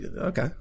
Okay